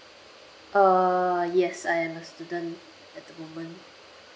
err yes I am a student at the moment